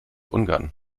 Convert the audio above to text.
ungarn